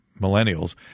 millennials